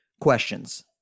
questions